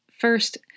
first